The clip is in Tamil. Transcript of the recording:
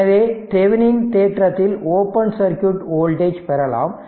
எனவே தெவெனின் தேற்றத்தில் ஓபன் சர்க்யூட் வோல்டேஜ் பெறலாம்